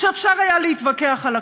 שאפשר היה להתווכח על הכול,